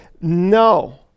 no